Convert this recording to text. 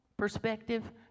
perspective